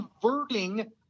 converting